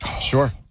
sure